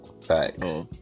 Facts